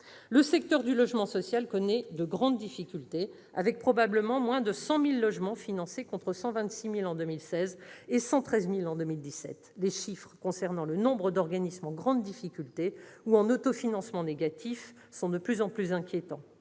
Le secteur du logement social connaît de grandes difficultés, avec probablement moins de 100 000 logements financés, contre 126 000 en 2016 et 113 000 en 2017. Les chiffres concernant le nombre d'organismes en grande difficulté ou en autofinancement négatif sont de plus en plus inquiétants.